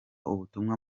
ubutumwa